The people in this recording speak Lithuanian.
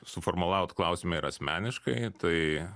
suformulavot klausimą ir asmeniškai tai